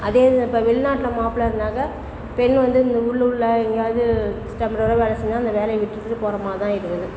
அதே இப்போ வெளிநாட்டில மாப்பிள்ள இருந்தாக்கா பெண்ணு வந்து நு உள்ளூரில் எங்கேயாவது டெம்பரவரியாக வேலை செஞ்சால் அந்த வேலையை விட்டுவிட்டு போகிற மாதிரி தான் இருக்குது